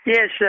Yes